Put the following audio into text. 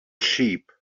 sheep